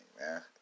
man